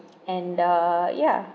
and uh ya